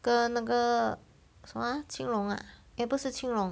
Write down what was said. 跟那个什么青龙 ah eh 不是青龙